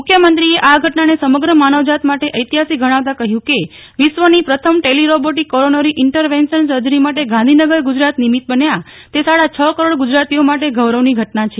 મુખ્યમંત્રીએ આ ઘટનાને સમગ્ર માનવજાત માટે ઐતિહાસિક ગણાવતા કહ્યું કે વિશ્વની પ્રથમ ટેલિરોબોટીક કોરોનરી ઈન્ટરવેન્શન સર્જરી માટે ગાંધીનગર ગુજરાત નિમિત્ત બન્યા તે સાડા હ કરોડ ગુજરાતીઓ માટે ગૌરવની ઘટના છે